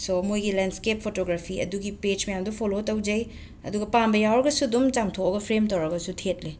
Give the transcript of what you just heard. ꯁꯣ ꯃꯣꯏꯒꯤ landscape photography ꯑꯗꯨꯒꯤ page ꯃꯌꯥꯝꯗꯨ ꯐꯣꯂꯣ ꯇꯧꯖꯩ ꯑꯗꯨꯒ ꯄꯥꯝꯕ ꯌꯥꯎꯔꯒꯁꯨ ꯑꯗꯨꯝ ꯆꯥꯝꯊꯣꯛꯑꯒ ꯐ꯭ꯔꯦꯝ ꯇꯧꯔꯒꯁꯨ ꯊꯦꯠꯂꯤ